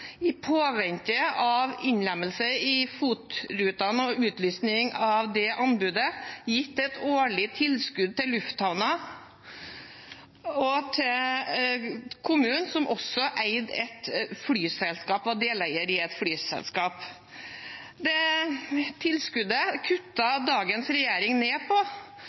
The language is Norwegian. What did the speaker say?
i påvente av innlemmelse i FOT-rutene og utlysning av det anbudet gitt et årlig tilskudd til lufthavnen og til kommunen, som var deleier i et flyselskap. Det tilskuddet kuttet dagens regjering ned på,